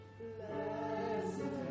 blessed